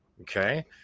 Okay